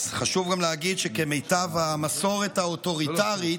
אז חשוב גם להגיד שכמיטב המסורת האוטוריטרית,